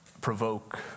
provoke